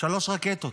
שלוש רקטות.